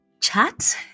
chat